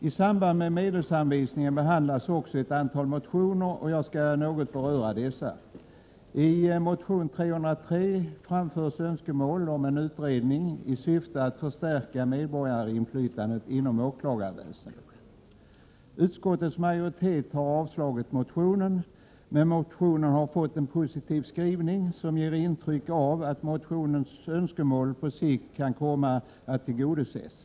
I samband med medelsanvisningen behandlas också ett antal motioner, och jag skall något beröra dessa. I motion Ju303 framförs önskemål om en utredning i syfte att förstärka medborgarinflytandet inom åklagarväsendet. Utskottsmajoriteten har avstyrkt motionen, men motionen har fått en positiv skrivning som ger intryck av att önskemålen i motionen på sikt kan komma att tillgodoses.